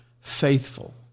faithful